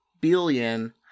billion